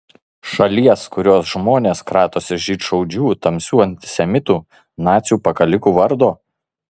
šalies kurios žmonės kratosi žydšaudžių tamsių antisemitų nacių pakalikų vardo